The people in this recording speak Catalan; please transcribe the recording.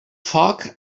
foc